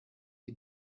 die